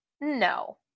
No